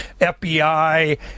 FBI